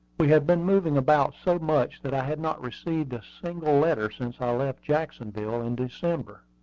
we had been moving about so much that i had not received a single letter since i left jacksonville in december.